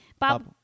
Bob